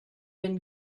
been